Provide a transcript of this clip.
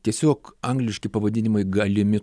tiesiog angliški pavadinimai galimi